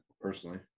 personally